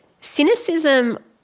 cynicism